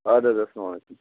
اَدٕ حظ اسلام علیکُم